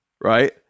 right